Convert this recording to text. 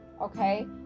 okay